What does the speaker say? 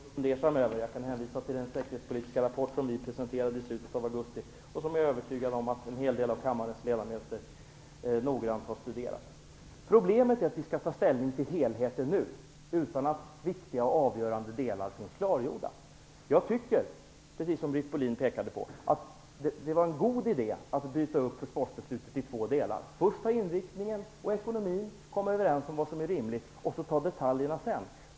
Fru talman! Jag tror inte att Britt Bohlin skall behöva vara så fundersam framöver. Jag kan hänvisa till den säkerhetspolitiska rapport som vi presenterade i slutet av augusti och som jag är övertygad om att en hel del av kammarens ledamöter noga har studerat. Problemet är att vi skall ta ställning till helheten nu, utan att viktiga avgörande delar är klargjorda. Jag tycker, precis som Britt Bohlin påpekade, att det var en god idé att bryta upp försvarsbeslutet i två delar: först diskutera inriktningen och ekonomin och komma överens om vad som är rimligt och ta detaljerna sedan.